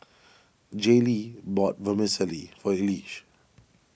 Jaylee bought Vermicelli for Elige